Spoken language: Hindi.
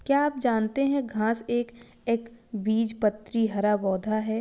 क्या आप जानते है घांस एक एकबीजपत्री हरा पौधा है?